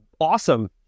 awesome